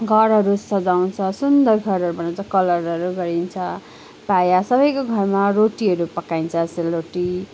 घरहरू सजाउँछ सुन्दर घरहरू बनाउँछ कलरहरू गरिन्छ प्रायः सबैको घरमा रोटीहरू पकाइन्छ सेलरोटी